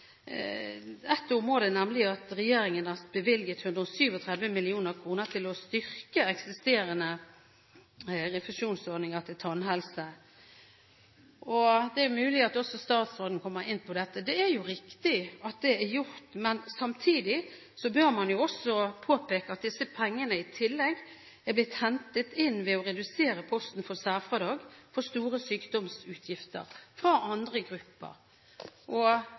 bevilget 137 mill. kr. til å styrke eksisterende refusjonsordninger til tannhelse, og det er mulig at også statsråden kommer inn på dette. Det er riktig at det er gjort, men samtidig bør man også påpeke at disse pengene er blitt hentet inn ved å redusere posten for særfradrag for store sykdomsutgifter fra andre grupper.